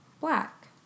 Black